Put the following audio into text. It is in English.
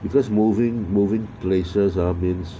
because moving moving places are means